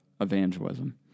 evangelism